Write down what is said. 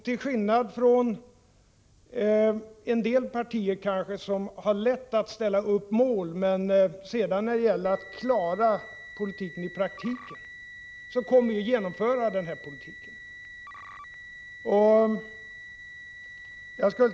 Till skillnad från en del partier som kanske har lätt att ställa upp mål men sedan tvekar när det gäller att klara politiken i praktiken, kommer vi att genomföra den politiken.